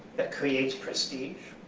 that creates prestige.